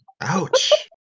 Ouch